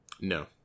No